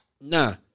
Nah